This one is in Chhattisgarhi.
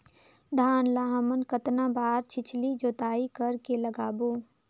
धान ला हमन कतना बार छिछली जोताई कर के लगाबो?